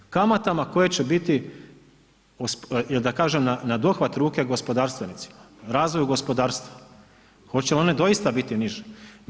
Kamatama koje će biti ili da kažem na dohvat ruke gospodarstvenicima, razvoju gospodarstva, hoće one doista biti niže?